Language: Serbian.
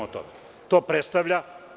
Šta to predstavalja?